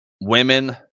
Women